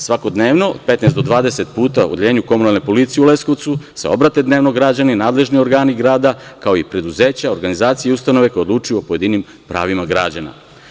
Svakodnevno od 15 do 20 puta Odeljenje komunalne policije u Leskovcu se obrate dnevno građani, nadležni organi grada, kao i preduzeća, organizacije i ustanove koje odlučuju o pojedinim pravima građana.